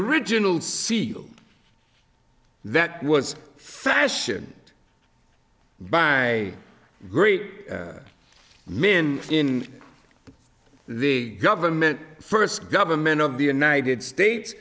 original see that was fashion by great men in the government first government of the united states